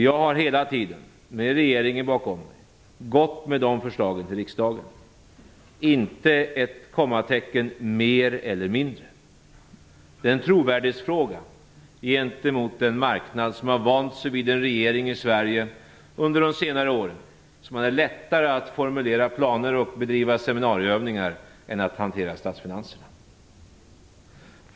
Jag har hela tiden, med regeringen bakom mig, gått med de förslagen till riksdagen - inte ett kommatecken mer eller mindre. Det är en trovärdighetsfråga gentemot en marknad som under de senare åren har vant sig vid en regering i Sverige som haft lättare att formulera planer och bedriva seminarieövningar än att hantera statsfinanserna.